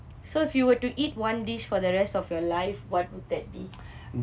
so if you were to eat one dish for the rest of your life what would that be